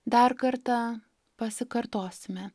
dar kartą pasikartosime